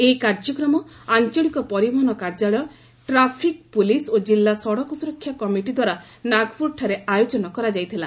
ଏହି କାର୍ଯ୍ୟକ୍ରମ ଆଞ୍ଚଳିକ ପରିବହନ କାର୍ଯ୍ୟାଳୟ ଟ୍ରାଫିକ୍ ପୁଲିସ୍ ଓ ଜିଲ୍ଲା ସଡ଼କ ସୁରକ୍ଷା କମିଟି ଦ୍ୱାରା ନାଗପୁରଠାରେ ଆୟୋଜନ କରାଯାଇଥିଲା